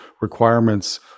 requirements